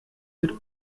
mit